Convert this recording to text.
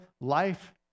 life